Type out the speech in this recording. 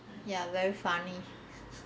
ya very funny